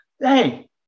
Hey